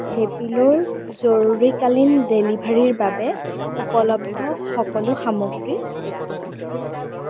হেপিলোৰ জৰুৰীকালীন ডেলিভাৰীৰ বাবে উপলব্ধ সকলো সামগ্ৰী দেখুওৱা